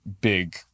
big